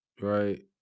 right